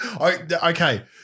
Okay